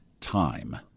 time